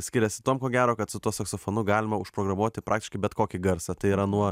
skiriasi tuom ko gero kad su tuo saksofonu galima užprogramuoti praktiškai bet kokį garsą tai yra nuo